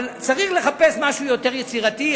אבל צריך לחפש משהו יותר יצירתי.